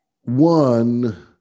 One